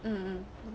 mm